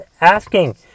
asking